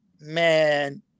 man